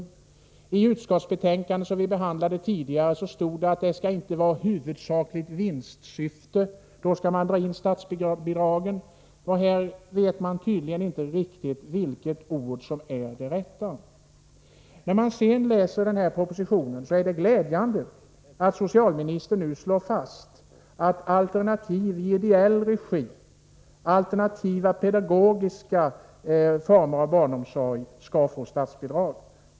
I det utskottsbetänkande som vi behandlade stod det att statsbidraget skulle dras in om det förelåg ett huvudsakligt vinstsyfte. Men här vet man tydligen inte riktigt vilket ord som är det rätta. När man läser propositionen är det glädjande att finna att socialministern slår fast att alternativ i ideell regi, alternativa pedagogiska former av barnomsorg, skall få statsbidrag.